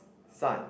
sun